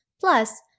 plus